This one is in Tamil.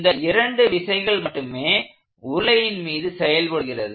இந்த இரண்டு விசைகள் மட்டுமே உருளையின் மீது செயல்படுகிறது